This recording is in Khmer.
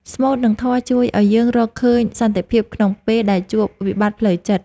ស្មូត និងធម៌ជួយឱ្យយើងរកឃើញសន្តិភាពក្នុងពេលដែលជួបវិបត្តិផ្លូវចិត្ត។